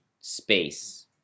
space